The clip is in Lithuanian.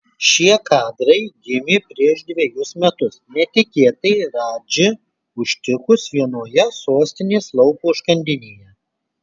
šie kadrai gimė prieš dvejus metus netikėtai radži užtikus vienoje sostinės lauko užkandinėje